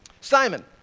Simon